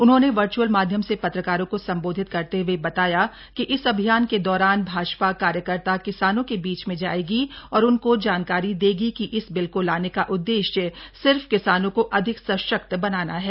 उन्होंने वर्च्अल माध्यम से पत्रकारों को संबोधित करते हुए बताया कि इस अभियान के दौरान भाजपा कार्यकर्ता किसानों के बीच में जायेगी और उनको जानकारी देगी कि इस बिल को लाने का उद्देश्य सिर्फ किसानों को अधिक सशक्त बनाना है